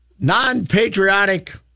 non-patriotic